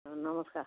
ହଁ ନମସ୍କାର୍